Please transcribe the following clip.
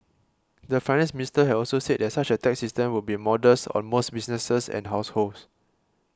the Finance Minister had also said that such a tax system would be modest on most businesses and households